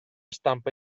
stampa